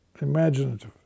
imaginative